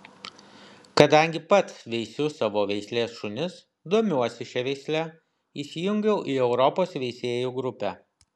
kadangi pats veisiu savo veislės šunis domiuosi šia veisle įsijungiau į europos veisėjų grupę